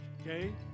Okay